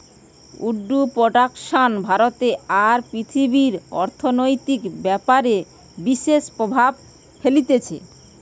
would production ভারতে আর পৃথিবীর অর্থনৈতিক ব্যাপারে বিশেষ প্রভাব ফেলতিছে